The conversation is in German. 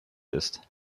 ist